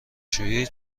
شویی